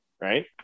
right